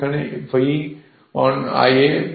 এখানে V অন Ia ra RS হয়